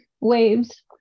waves